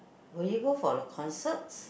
will you go for a concert